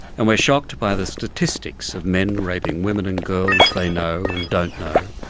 and we're shocked by the statistics of men raping women and girls they know and don't know.